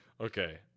Okay